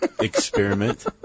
experiment